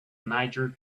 niger